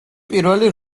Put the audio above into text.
პირველი